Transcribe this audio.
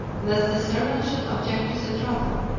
lest the servants should object to the trouble,